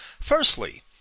Firstly